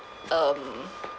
um